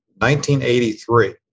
1983